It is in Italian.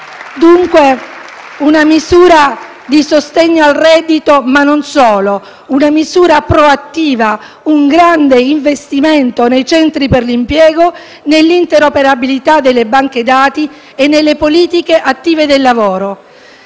Dunque una misura di sostegno al reddito, ma non solo, una misura proattiva, un grande investimento nei centri per l'impiego, nell'interoperabilità delle banche dati e nelle politiche attive del lavoro.